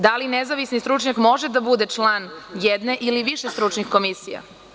Da li nezavisni stručnjak može da bude član jedne ili više stručnih komisija?